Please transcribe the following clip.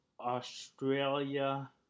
Australia